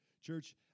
Church